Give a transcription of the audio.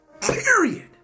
Period